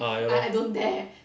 ah ya lor